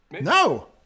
No